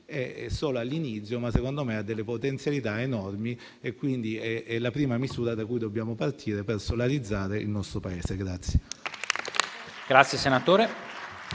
è solo all'inizio, ma secondo me ha delle potenzialità enormi, per cui è la prima misura da cui dobbiamo partire per solarizzare il nostro Paese.